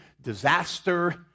disaster